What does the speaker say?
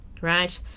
right